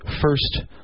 first